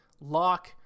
lock